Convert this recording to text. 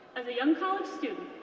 as a young college student,